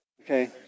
Okay